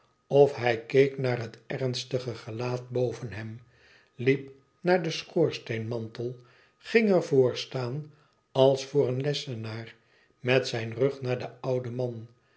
of hij keek naar het ernstige gelaat boven hem liep naar den schoorsteenmantel ging er voor staan als voor een lessenaar met zijn mg naar den ouden man